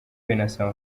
binasaba